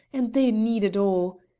and they need it all.